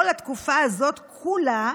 כל התקופה הזאת כולה,